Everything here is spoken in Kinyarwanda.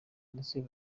ndetse